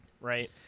right